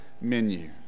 menu